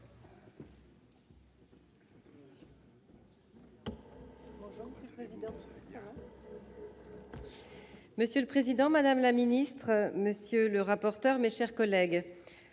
Monsieur le président, madame la secrétaire d'État, monsieur le rapporteur, mes chers collègues,